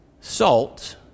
salt